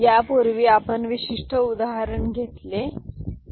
यापूर्वी आपण विशिष्ट उदाहरण घेतले आहे